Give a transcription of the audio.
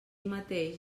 mateix